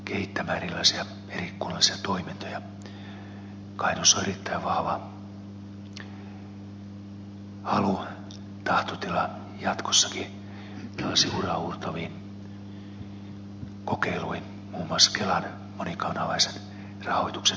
kainuussa on erittäin vahva halu tahtotila jatkossakin erilaisiin uraa uurtaviin kokeiluihin muun muassa kelan monikanavaisen rahoituksen uudistamiseen ja niin edelleen